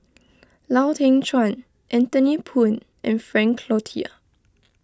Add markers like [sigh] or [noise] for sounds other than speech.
[noise] Lau Teng Chuan Anthony Poon and Frank Cloutier